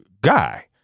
guy